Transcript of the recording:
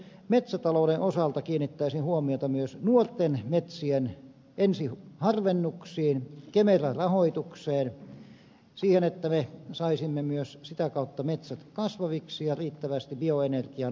metsätalouden osalta kiinnittäisin huomiota myös nuorten metsien ensiharvennuksiin kemera rahoitukseen siihen että me saisimme myös sitä kautta metsät kasvaviksi ja riittävästi bioenergian raaka ainetta